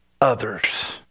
others